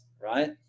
right